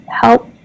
help